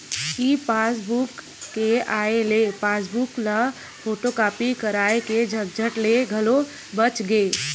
ई passbook के आए ले पासबूक ल फोटूकापी कराए के झंझट ले घलो बाच गे